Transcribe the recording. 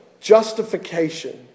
justification